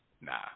Nah